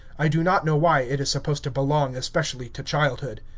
i do, not know why it is supposed to belong especially to childhood.